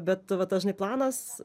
bet dažnai planas